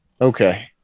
Okay